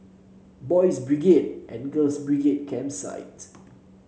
Boys' Brigade and Girls' Brigade Campsite